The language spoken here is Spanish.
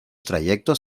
trayectos